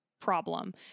problem